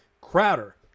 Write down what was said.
Crowder